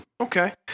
okay